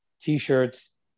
t-shirts